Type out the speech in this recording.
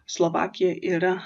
slovakija yra